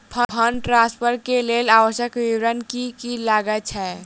Fund transfer केँ लेल आवश्यक विवरण की की लागै छै?